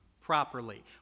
properly